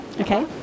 Okay